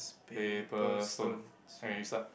paper stone okay you start